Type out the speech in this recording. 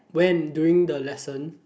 when during the lesson